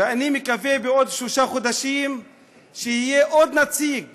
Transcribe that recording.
ואני מקווה שבעוד שלושה חודשים יהיה עוד נציג